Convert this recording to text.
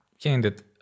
Candid